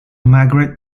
margaret